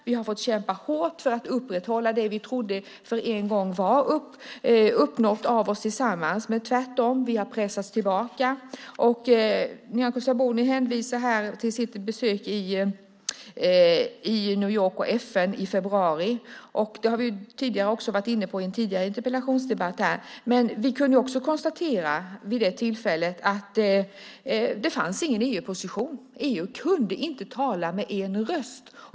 Vi har fått kämpa hårt för att upprätthålla det som vi trodde var uppnått av oss. Vi har tvärtom pressats tillbaka. Nyamko Sabuni hänvisar till sitt besök i New York och FN i februari. Vi har varit inne på det i en tidigare interpellationsdebatt också. Vi kunde vid det tillfället konstatera att det inte fanns någon EU-position. EU kunde inte tala med en röst.